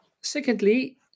Secondly